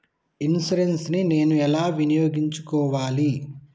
Insurance ని నేను ఎలా వినియోగించుకోవాలి?